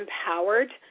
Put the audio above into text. empowered